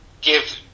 give